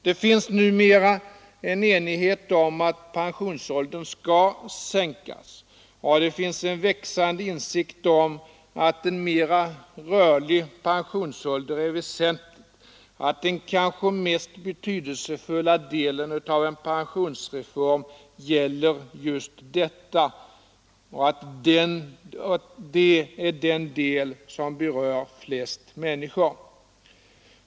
Det finns numera enighet om att pensionsåldern skall sänkas, och det finns en växande insikt om att en mera rörlig pensionsålder är väsentlig, att den kanske mest betydelsefulla delen av en pensionsreform gäller just detta och att det är den del som berör flest människor.